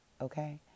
okay